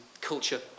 culture